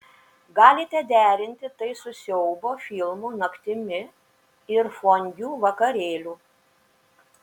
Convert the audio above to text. galite derinti tai su siaubo filmų naktimi ir fondiu vakarėliu